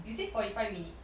you say forty five minutes